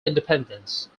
independence